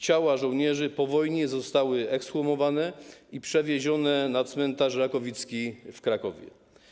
Ciała żołnierzy po wojnie zostały ekshumowane i przewiezione na cmentarz Rakowicki w Krakowie.